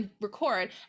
record